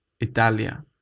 Italia